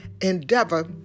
endeavor